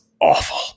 awful